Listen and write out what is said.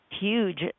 huge